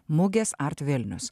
mugės art vilnius